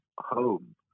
home